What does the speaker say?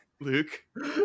Luke